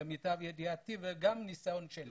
זה למיטב ידיעתי וגם לפי הניסיון שלי.